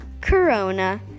Corona